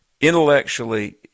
intellectually